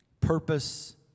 purpose